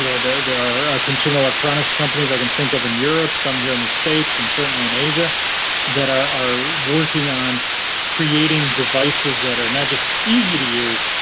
you know there there are consumer electronics companies, i can think of in europe, some in the states and certainly in asia that are are working on creating devices that are not just easy to use,